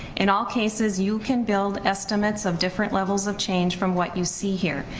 in all cases you can build estimates of different levels of change from what you see here,